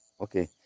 Okay